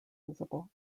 visible